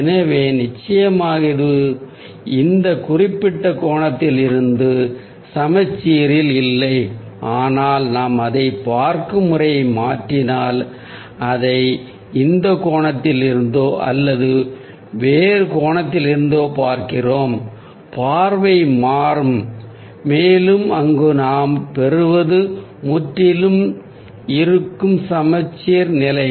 எனவே நிச்சயமாக இது இந்த குறிப்பிட்ட கோணத்திலிருந்து சமச்சீரில் இல்லை ஆனால் நாம் அதைப் பார்க்கும் முறையை மாற்றினால் அதை இந்த கோணத்திலிருந்தோ அல்லது வேறு கோணத்திலிருந்தோ பார்த்தால் பார்வை மாறும் மேலும் அங்கு நாம் பெறுவது முற்றிலும் சரியாக இருக்கும் சமச்சீர்நிலை